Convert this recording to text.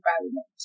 environment